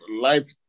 life